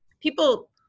people